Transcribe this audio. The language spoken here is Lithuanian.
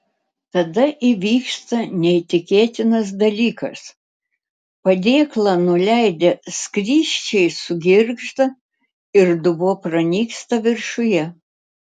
tada įvyksta neįtikėtinas dalykas padėklą nuleidę skrysčiai sugirgžda ir dubuo pranyksta viršuje